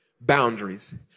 boundaries